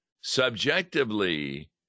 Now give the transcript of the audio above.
Subjectively